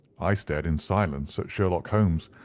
i stared in silence at sherlock holmes,